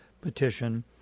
petition